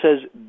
says